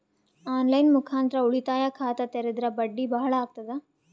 On line ಮುಖಾಂತರ ಉಳಿತಾಯ ಖಾತ ತೇರಿದ್ರ ಬಡ್ಡಿ ಬಹಳ ಅಗತದ?